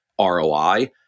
ROI